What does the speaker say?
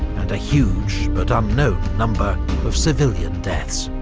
and a huge but unknown number of civilian deaths.